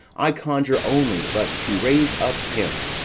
i conjure only but to raise up him.